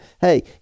hey